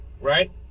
Right